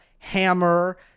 hammer